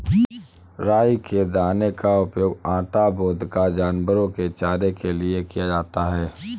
राई के दाने का उपयोग आटा, वोदका, जानवरों के चारे के लिए किया जाता है